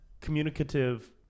communicative